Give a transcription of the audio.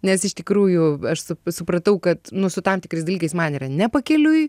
nes iš tikrųjų aš supratau kad nu su tam tikrais dalykais man yra ne pakeliui